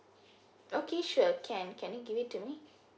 okay sure can can you give it to me